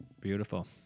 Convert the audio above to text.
Beautiful